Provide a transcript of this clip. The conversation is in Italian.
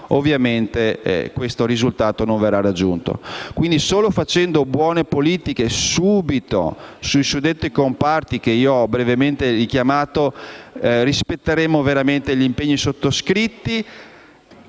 ovviamente questo risultato non verrà raggiunto. Solo facendo buone politiche subito sui suddetti comparti che ho brevemente richiamato rispetteremo veramente gli impegni sottoscritti